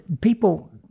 people